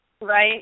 Right